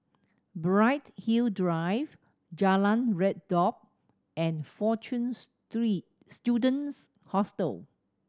Bright Hill Drive Jalan Redop and Fortune Students Hostel